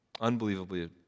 Unbelievably